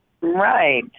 Right